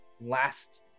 last